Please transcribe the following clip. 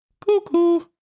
Cuckoo